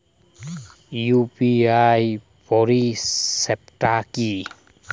UPI পরিসেবাটা কি?